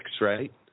right